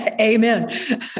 Amen